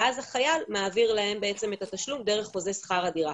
ואז החייל מעביר להם את התשלום דרך חוזה שכר הדירה.